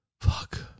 fuck